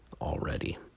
already